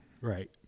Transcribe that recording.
Right